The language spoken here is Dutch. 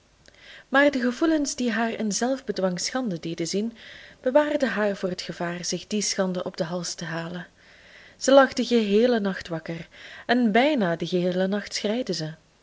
maar de gevoelens die haar in zelfbedwang schande deden zien bewaarden haar voor het gevaar zich die schande op den hals te halen zij lag den geheelen nacht wakker en bijna den geheelen nacht schreide zij